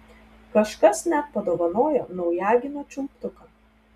kažkas net padovanojo naujagimio čiulptuką